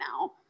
now